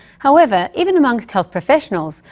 however, even amongst health professionals,